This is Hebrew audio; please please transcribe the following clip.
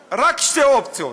אופציות, רק שתי אופציות: